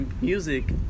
music